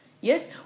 Yes